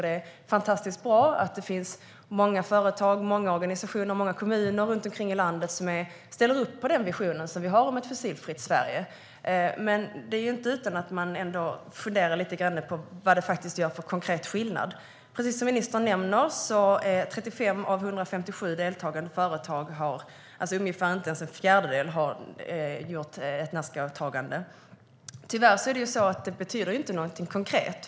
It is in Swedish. Det är fantastiskt bra att det finns många företag, organisationer och kommuner runt omkring i landet som ställer upp på visionen om ett fossilfritt Sverige. Men det är inte utan att man funderar lite grann på vilken konkret skillnad det gör. Precis som ministern nämner har 35 av 157, alltså inte ens en fjärdedel, av de deltagande företagen gjort ett Nazcaåtagande. Tyvärr betyder det inte något konkret.